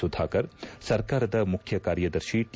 ಸುಧಾಕರ್ ಸರ್ಕಾರದ ಮುಖ್ಯ ಕಾರ್ಯದರ್ಶಿ ಟಿ